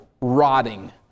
rotting